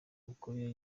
mikurire